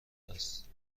است